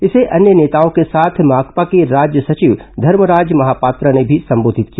इसे अन्य नेताओं के साथ माकपा के राज्य सचिव धर्मराज महापात्र ने भी संबोधित किया